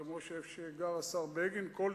כמו במקום שהשר בגין גר,